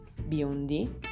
biondi